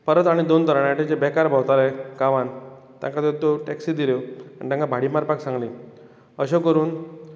परत आनीक दोन तरणाटे जे बेकार भोंवताले गांवांत तांकां दोन टॅक्सी दिल्यो आनी तांकां भाडीं मारपाक सांगलें अशें करून